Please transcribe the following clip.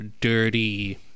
dirty